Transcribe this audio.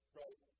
right